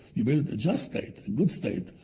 you build a just state, a good state,